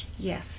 Yes